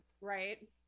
Right